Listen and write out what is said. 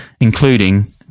including